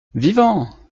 vivants